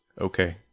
okay